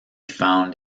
found